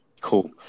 Cool